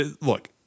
look